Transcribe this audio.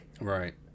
Right